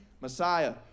Messiah